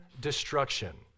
destruction